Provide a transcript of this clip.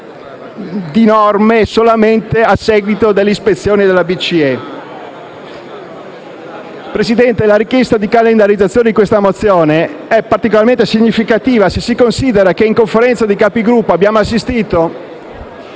di norme solamente a seguito delle ispezioni della BCE. Signor Presidente, la richiesta di calendarizzazione di questa mozione è particolarmente significativa, se si considera che in Conferenza dei Capigruppo abbiamo assistito,